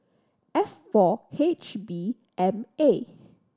F four H B M A